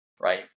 Right